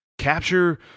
Capture